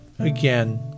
Again